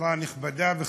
שרה נכבדה, חברים,